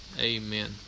Amen